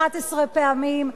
11 פעמים,